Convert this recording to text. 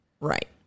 Right